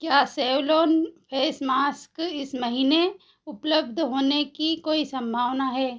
क्या Savlon face mask इस महीने उपलब्ध होने की कोई सम्भावना है